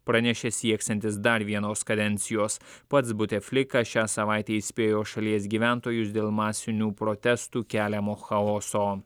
pranešė sieksiantis dar vienos kadencijos pats butė flikas šią savaitę įspėjo šalies gyventojus dėl masinių protestų keliamo chaoso